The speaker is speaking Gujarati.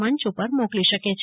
મંચ ઉપર મોકલી શકે છે